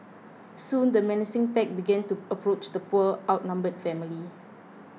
soon the menacing pack began to approach the poor outnumbered family